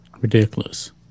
ridiculous